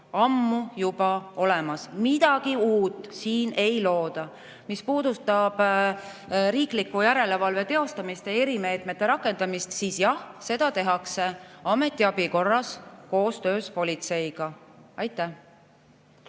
ammu juba olemas. Midagi uut siin ei looda. Mis puudutab riikliku järelevalve teostamist ja erimeetmete rakendamist, siis jah, seda tehakse ametiabi korras koostöös politseiga. Suur